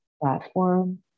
platform